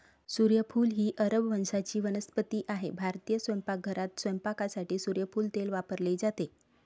सूर्यफूल ही अरब वंशाची वनस्पती आहे भारतीय स्वयंपाकघरात स्वयंपाकासाठी सूर्यफूल तेल वापरले जाते